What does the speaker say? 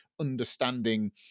understanding